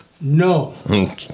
No